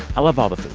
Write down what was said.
i love all the food.